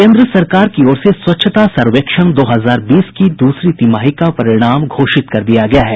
केन्द्र सरकार की ओर से स्वच्छता सर्वेक्षण दो हजार बीस की दूसरी तिमाही का परिणाम घोषित कर दिया गया है